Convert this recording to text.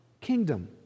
kingdom